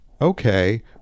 okay